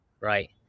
Right